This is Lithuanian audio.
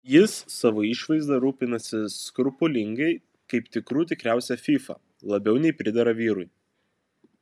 jis savo išvaizda rūpinasi skrupulingai kaip tikrų tikriausia fyfa labiau nei pridera vyrui